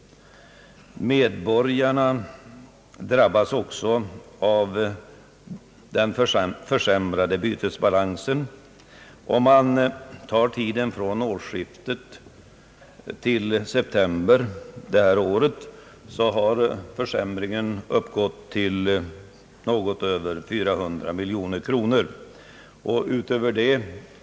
Medborgarna drabbas också av den försämrade bytesbalansen. Från det senaste årsskiftet till september i år har försämringen uppgått till något över 400 miljoner kronor.